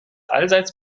allseits